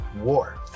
war